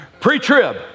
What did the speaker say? Pre-trib